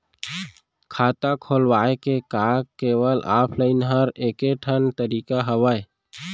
खाता खोलवाय के का केवल ऑफलाइन हर ऐकेठन तरीका हवय?